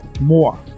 More